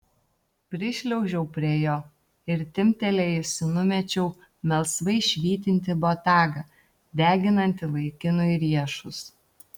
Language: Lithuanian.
prišliaužiau prie jo ir timptelėjusi numečiau melsvai švytintį botagą deginantį vaikinui riešus